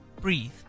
breathe